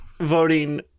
Voting